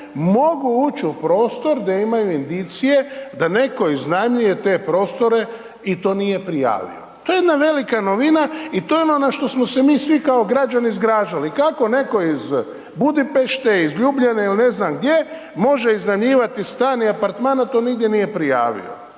mogu ući u prostor gdje imaju indicije da netko iznajmljuje te prostore i to nije prijavio, to je jedna velika novina i to je ono na što smo se mi svi kao građani zgražali kako netko iz Budimpešte, iz Ljubljane ili ne znam gdje može iznajmljivati stan i apartman a to nigdje nije prijavio.